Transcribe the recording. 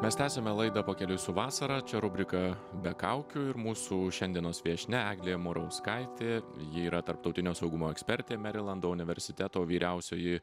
mes tęsiame laidą pakeliui su vasara čia rubrika be kaukių ir mūsų šiandienos viešnia eglė murauskaitė ji yra tarptautinio saugumo ekspertė merilando universiteto vyriausioji